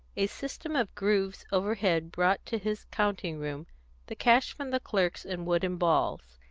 a system of grooves overhead brought to his counting-room the cash from the clerks in wooden balls,